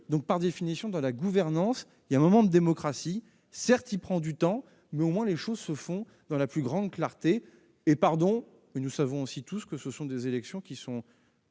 Par définition, dans la gouvernance, il y a un moment de démocratie. Certes, il prend du temps, mais au moins, les choses se font dans la plus grande clarté. Nous savons tous que ces élections entre